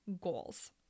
goals